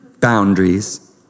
Boundaries